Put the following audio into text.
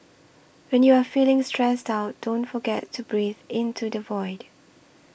when you are feeling stressed out don't forget to breathe into the void